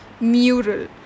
mural